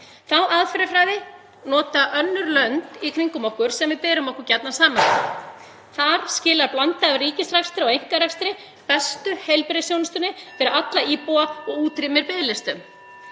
Þá aðferðafræði nota önnur lönd í kringum okkur sem við berum okkur gjarnan saman við. Þar skilar blanda af ríkisrekstri og einkarekstri bestu heilbrigðisþjónustunni fyrir alla íbúa (Forseti hringir.)